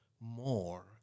more